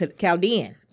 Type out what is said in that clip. chaldean